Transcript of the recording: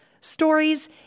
stories